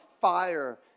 fire